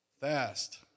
Fast